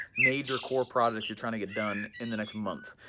major core projects you're trying to get done in the next month,